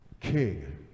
King